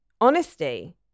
honesty